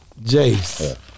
Jace